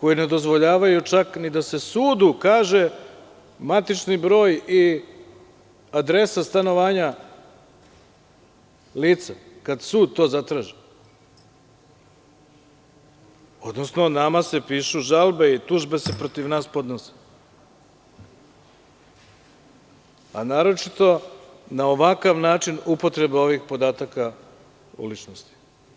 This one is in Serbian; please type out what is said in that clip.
koji ne dozvoljavaju čak ni da se sudu kaže matični broj i adresa stanovanja lica, kad sud to zatraži, odnosno nama se pišu žalbe i tužbe se protiv nas podnose, naročito na ovakav način upotreba ovih podataka o ličnosti.